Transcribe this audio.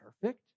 perfect